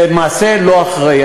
זה מעשה לא אחראי.